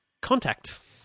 contact